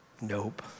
Nope